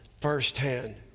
firsthand